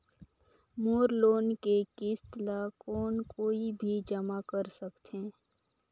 मोर loan के किस्त ल कौन कोई भी जमा कर सकथे?